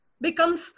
becomes